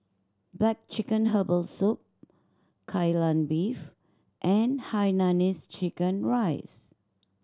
black chicken herbal soup Kai Lan Beef and hainanese chicken rice